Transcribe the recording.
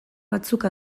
batzuk